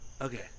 Okay